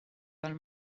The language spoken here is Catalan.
del